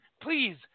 please